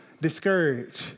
discouraged